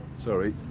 sorry.